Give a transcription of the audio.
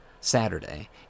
Saturday